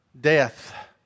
death